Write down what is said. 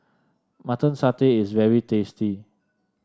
Mutton Satay is very tasty